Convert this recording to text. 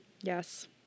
Yes